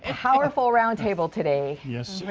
and powerful round table today. yes,